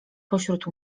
pośród